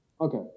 Okay